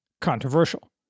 controversial